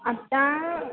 आत्ता